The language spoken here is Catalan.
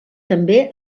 també